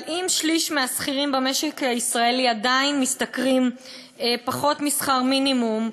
אבל אם שליש מהשכירים במשק הישראלי עדיין משתכרים פחות משכר מינימום,